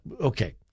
okay